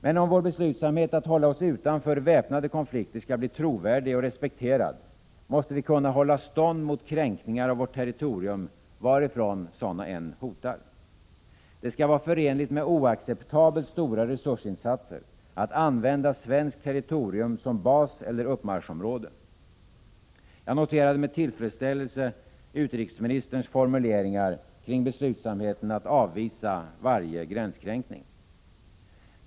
Men om vår beslutsamhet att hålla oss utanför väpnade konflikter skall bli trovärdig och respekterad, måste vi kunna hålla stånd mot kränkningar av vårt territorium, varifrån de än hotar. Det skall vara förenligt med oacceptabelt stora resursinsatser att använda svenskt territorium som bas eller uppmarschområde. Jag noterade med tillfredsställelse utrikesministerns formuleringar om beslutsamheten att avvisa varje gränskränkning.